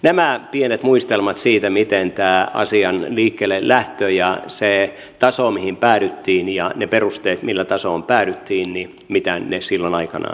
tässä pienet muistelmat siitä miten silloin aikanaan olivat tämän asian liikkeellelähtö ja se taso mihin päädyttiin ja ne perusteet millä tasoon päädyttiin